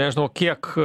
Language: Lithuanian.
nežinau kiek